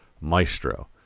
Maestro